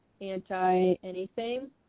anti-anything